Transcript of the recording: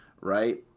right